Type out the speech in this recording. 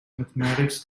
mathematics